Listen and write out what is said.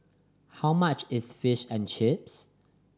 how much is Fish and Chips